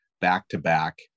back-to-back